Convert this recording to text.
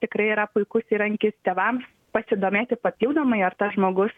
tikrai yra puikus įrankis tėvams pasidomėti papildomai ar tas žmogus